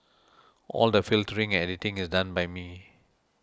all the filtering and editing is done by me